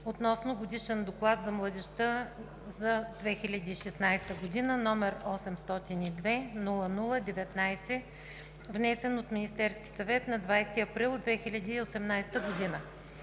относно Годишен доклад за младежта за 2016 г., № 802-00-19, внесен от Министерския съвет на 20 април 2018 г.